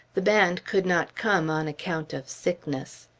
the band could not come on account of sickness.